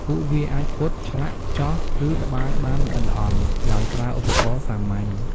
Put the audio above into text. ពួកវាអាចពត់ ឆ្លាក់ ចោះ ឬត្បាញបានល្អិតល្អន់ ដោយប្រើឧបករណ៍សាមញ្ញ។